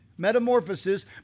Metamorphosis